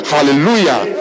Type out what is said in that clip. Hallelujah